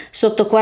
sotto